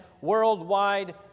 worldwide